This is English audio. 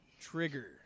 trigger